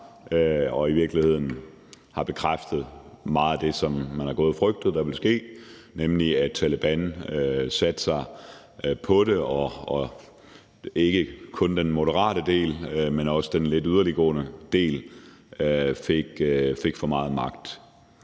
har i virkeligheden bekræftet meget af det, som man har gået og frygtet ville ske, nemlig at Taleban satte sig på det, og at ikke kun den moderate del, men også den lidt yderliggående del fik for meget magt.